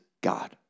God